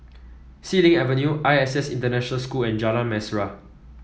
Xilin Avenue I S S International School and Jalan Mesra